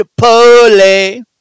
Chipotle